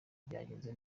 byagenze